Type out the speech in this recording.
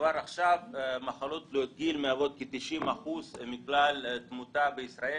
כבר עכשיו מחלות תלויות גיל מהוות כ-90% מכלל התמותה בישראל,